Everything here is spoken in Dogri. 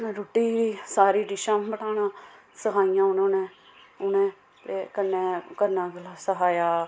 रुट्टी बी सारी डिशां सखाइयां उनोनें उ'नें कन्नै करना सखाया